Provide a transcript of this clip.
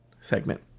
segment